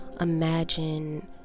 Imagine